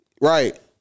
right